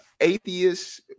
atheist